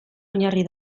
oinarri